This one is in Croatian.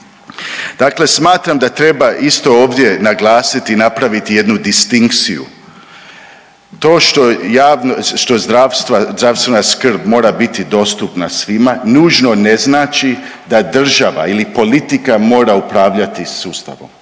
Dakle, smatram da treba isto ovdje naglasiti napraviti jednu distinkciju. To što zdravstvena skrb mora biti dostupna svima nužno ne znači da država ili politika mora upravljati sustavom.